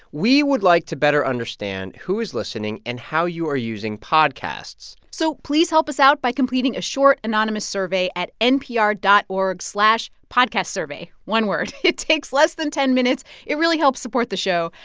we would like to better understand who is listening and how you are using podcasts so please help us out by completing a short anonymous survey at npr dot org slash podcastsurvey one word. it takes less than ten minutes. it really helps support the show.